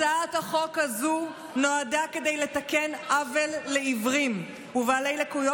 הצעת החוק הזו נועדה לתקן עוול לעיוורים ובעלי לקויות